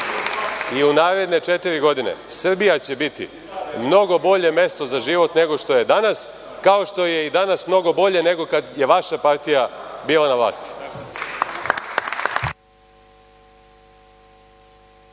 i u naredne četiri godine Srbija će biti mnogo bolje mesto za život nego što je danas, kao što je i danas mnogo bolje nego kada je vaša partija bila na vlasti.